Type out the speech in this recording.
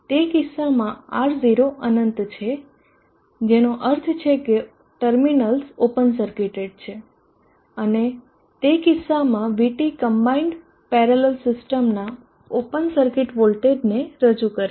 તે કિસ્સામાં R0 અનંત છે જેનો અર્થ એ કે ટર્મિનલ્સ ઓપન સર્કિટેડ છે તે કિસ્સામાં VT કમ્બાઈન્ડ પેરેલલ સિસ્ટમના ઓપન સર્કિટ વોલ્ટેજને રજૂ કરે છે